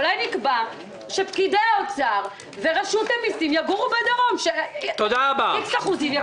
אולי נקבע שפקידי האוצר ורשות המסים יגורו בדרום ואז הם יבינו.